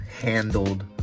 handled